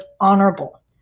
honorable